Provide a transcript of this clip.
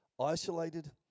isolated